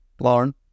Lauren